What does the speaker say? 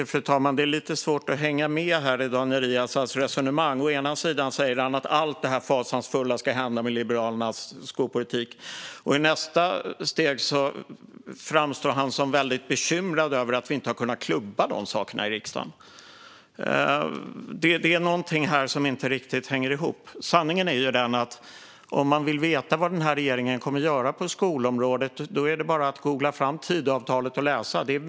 Fru talman! Det är lite svårt att hänga med i Daniel Riazats resonemang. Å ena sidan pratar han om allt hemskt som ska hända med Liberalernas skolpolitik. Å andra sidan framstår han som väldigt bekymrad över att vi inte har kunnat klubba allt detta i riksdagen. Det är något här som inte riktigt hänger ihop. Sanningen är ju den att om man vill veta vad regeringen kommer att göra på skolområdet är det bara att googla fram Tidöavtalet och läsa det.